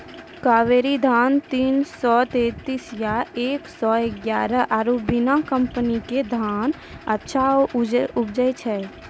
कावेरी धान तीन सौ तेंतीस या एक सौ एगारह आरु बिनर कम्पनी के धान अच्छा उपजै छै?